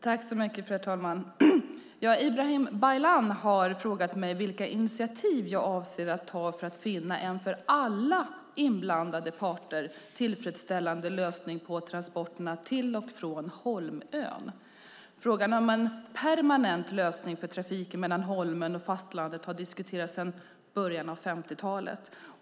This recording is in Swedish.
Fru talman! Ibrahim Baylan har frågat mig vilka initiativ jag avser att ta för att finna en för alla inblandade parter tillfredsställande lösning på transporterna till och från Holmön. Frågan om en "permanent lösning" för trafiken mellan Holmön och fastlandet har diskuterats sedan början av 50-talet.